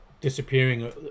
disappearing